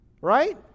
Right